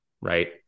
Right